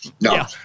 No